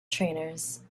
trainers